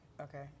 okay